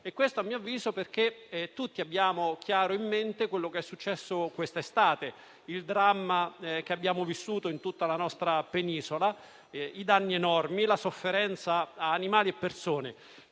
questo, a mio avviso, perché tutti abbiamo chiaro in mente quanto è successo questa estate: il dramma vissuto in tutta la nostra Penisola, i danni enormi, la sofferenza di animali e persone.